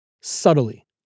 subtly